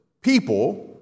people